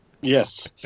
Yes